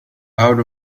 out